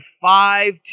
five